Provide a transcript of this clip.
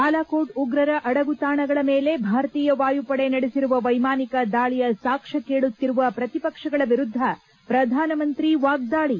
ಬಾಲಕೋಟ್ ಉಗ್ರರ ಅಡಗುತಾಣಗಳ ಮೇಲೆ ಭಾರತೀಯ ವಾಯುಪಡೆ ನಡೆಸಿರುವ ವ್ಯೆಮಾನಿಕ ದಾಳಿಯ ಸಾಕ್ಷ್ಮ ಕೇಳುತ್ತಿರುವ ಪ್ರತಿಪಕ್ಷಗಳ ವಿರುದ್ದ ಪ್ರಧಾನಮಂತ್ರಿ ವಾಗ್ದಾಳಿ